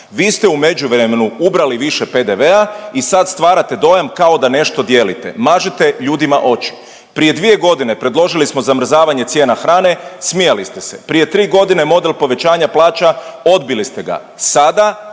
Vi ste u međuvremenu ubrali više PDV-a i sad stvarate dojam kao da nešto dijelite. Mažete ljudima oči. Prije 2 godine predložili smo zamrzavanje cijena hrane, smijali ste se. Prije 3 godine model povećanja plaća, odbili ste ga. Sada